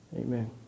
Amen